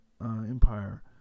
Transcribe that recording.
Empire